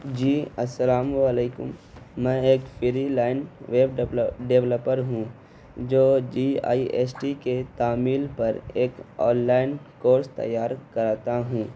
جی السلام علیکم میں ایک فری لائن ویب ڈیولپر ہوں جو جی آئی ایس ٹی کے تعمیل پر ایک آن لائن کورس تیار کراتا ہوں